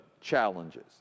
challenges